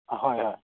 ꯍꯣꯏ ꯍꯣꯏ